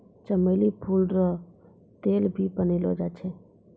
चमेली फूल रो तेल भी बनैलो जाय छै